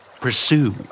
Pursue